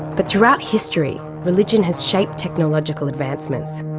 but throughout history, religion has shaped technological advancements.